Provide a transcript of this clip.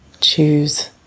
choose